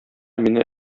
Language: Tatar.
мине